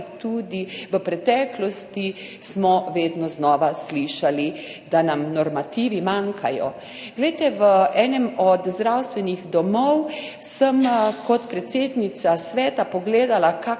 tudi v preteklosti, smo vedno znova slišali, da nam normativi manjkajo. Glejte, v enem od zdravstvenih domov sem kot predsednica sveta pogledala, kako